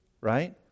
Right